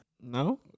No